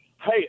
Hey